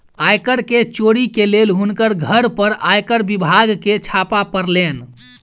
आय कर के चोरी के लेल हुनकर घर पर आयकर विभाग के छापा पड़लैन